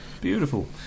Beautiful